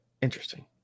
Interesting